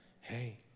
hey